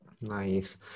Nice